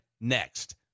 next